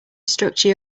structure